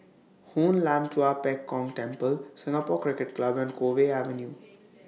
Hoon Lam Tua Pek Kong Temple Singapore Cricket Club and Cove Avenue